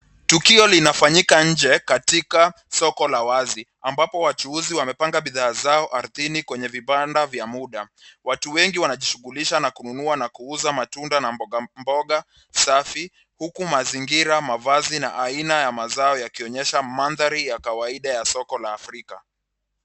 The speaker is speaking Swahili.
Tukio linafanyika nje katika soko la wazi, ambapo wachuuzi wamepanga bidhaa zao ardhini kwenye vibanda vya muda. Watu wengi wanajishughulisha na kununua na kuuza matunda na mboga mboga safi. Huku mazingira mavazi na aina ya mazao yakionyesha mandhari ya kawaida ya soko la Afrika.